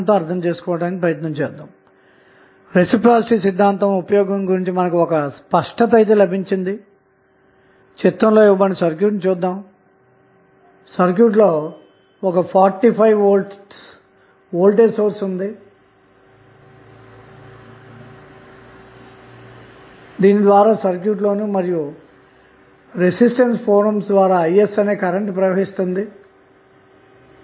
అందుకోసం అన్ని ఆధారితమైన సోర్స్ లను అలాగే నెట్వర్క్ లో ఉంచి స్వతంత్రమైన సోర్స్ లను '0' చేయాలి అంటే వోల్టేజ్ సోర్స్ లను షార్ట్ సర్క్యూట్ మరియు కరెంటు సోర్స్ లను ఓపెన్ సర్క్యూట్ చేసి RTh ను కనుగొనాలన్నమాట